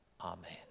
Amen